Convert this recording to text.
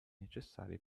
necessari